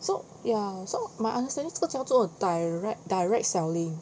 so ya so my understanding 这个叫做 direct direct selling